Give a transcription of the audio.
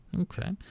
okay